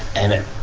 and it,